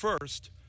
First